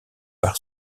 par